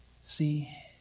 See